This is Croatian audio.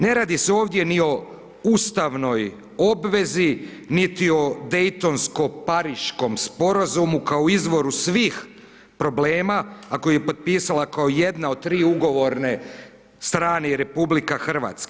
Ne radi se ovdje ni o ustavnoj obvezi, niti od Daytonskom-pariškom sporazumu kao o izvoru svih problema a koje je potpisala kao jedna od tri ugovorne strane i RH.